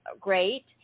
Great